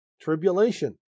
Tribulation